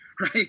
right